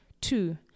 Two